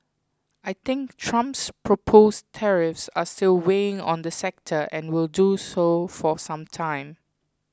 I think Trump's proposed tariffs are still weighing on the sector and will do so for some time